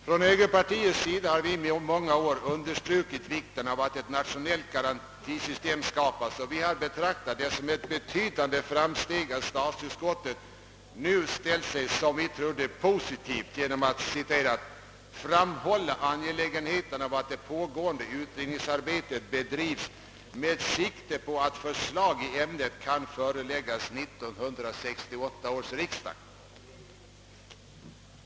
Från högerpartiets sida har vi under många år understrukit vikten av att ett nationellt garantisystem skapas, och vi har betraktat det som ett betydande framsteg att statsutskottet nu ställt sig positivt genom att »framhålla angelägenheten av att det pågående utredningsarbetet bedrivs med sikte på att förslag i ämnet kan föreläggas 1968 års riksdag».